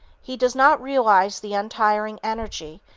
he does not realize the untiring energy,